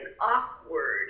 awkward